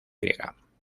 griega